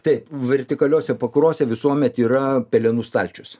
taip vertikaliose pakurose visuomet yra pelenų stalčius